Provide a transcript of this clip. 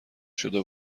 شده